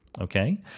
okay